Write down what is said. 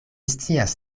scias